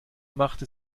machte